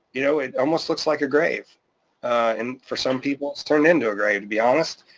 you know it almost looks like a grave and for some people it's turned into a grave to be honest,